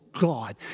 God